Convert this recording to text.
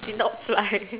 did not fly